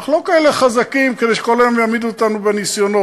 אנחנו לא כאלה חזקים כדי שכל יום יעמידו אותנו בניסיונות.